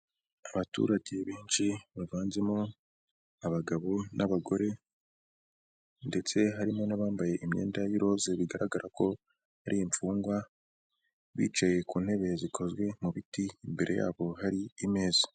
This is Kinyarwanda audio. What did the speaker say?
Abaturage benshi bavanzemo abagabo n'abagore ndetse harimo n'abambaye imyenda y'ururoza bigaragara ko ari imfungwa, bicaye ku ntebe zikozwe mu biti imbere yabo hari imeza.